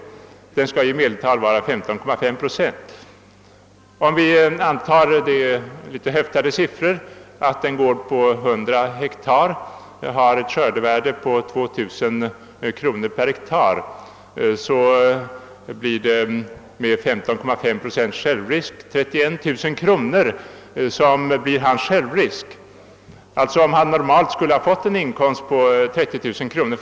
Den skall i medeltal vara 15,5 procent. Om vi antar — det är litet »höftade» siffror — att gården är på 100 ha och har ett skördevärde av 2 000 kr. per ha, så blir självrisken 31000 kr. Om han normalt skulle ha fått en inkomst på 30 000 kr.